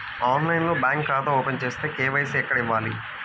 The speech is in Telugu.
ఆన్లైన్లో బ్యాంకు ఖాతా ఓపెన్ చేస్తే, కే.వై.సి ఎక్కడ ఇవ్వాలి?